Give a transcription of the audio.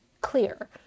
clear